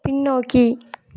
பின்னோக்கி